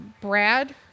Brad